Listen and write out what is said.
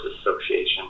Association